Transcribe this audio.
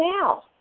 now